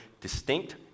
distinct